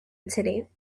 today